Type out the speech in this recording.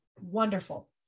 wonderful